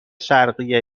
شرقی